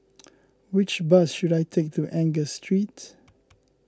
which bus should I take to Angus Street